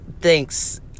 thanks